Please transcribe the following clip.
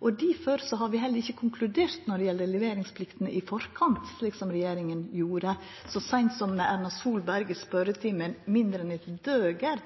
Difor har vi heller ikkje konkludert i forkant når det gjeld leveringspliktene, slik som regjeringa gjorde så seint som ved statsminister Erna Solberg i spørjetimen mindre enn eitt døgn